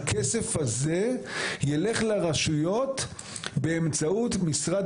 הכסף הזה ילך לרשויות באמצעות משרד